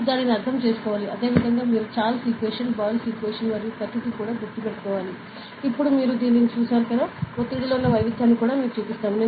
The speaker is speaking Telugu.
మీరు దానిని అర్థం చేసుకోవాలి అదేవిధంగా మీరు చార్లెస్ ఈకువేషన్ బాయిల్ ఈకువేషన్ మరియు ప్రతిదీ కూడా గుర్తుంచుకోవాలి ఇప్పుడు మీరు దీనిని చూశారు ఒత్తిడిలో ఉన్న వైవిధ్యాన్ని కూడా మీకు చూపిస్తాను